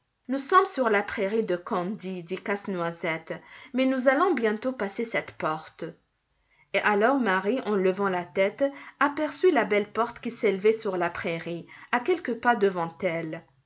nous sommes sur la prairie de candie dit casse-noisette mais nous allons bientôt passer cette porte et alors marie en levant la tête aperçut la belle porte qui s'élevait sur la prairie à quelques pas devant elle